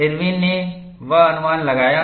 Irwin ने वह अनुमान लगाया